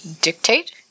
dictate